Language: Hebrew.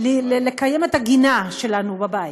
לקיים את הגינה שלנו בבית,